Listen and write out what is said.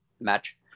match